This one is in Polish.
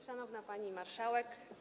Szanowna Pani Marszałek!